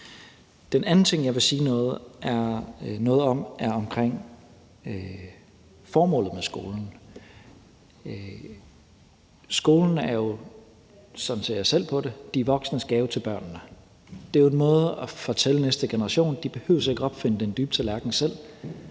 Den anden ting, jeg vil sige noget om, er formålet med skolen. Skolen er jo – sådan ser jeg selv på det – de voksnes gave til børnene. Det er at sige til den næste generation, at de ikke selv behøver at opfinde den dybe tallerken,